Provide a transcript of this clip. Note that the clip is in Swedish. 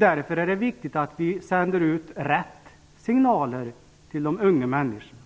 Därför är det viktigt att vi sänder ut rätt signaler till de unga människorna.